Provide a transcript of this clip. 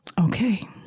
okay